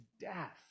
death